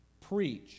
preach